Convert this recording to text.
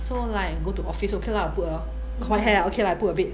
so like go to office okay lah put a coil hair ah okay lah put a bit